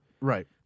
Right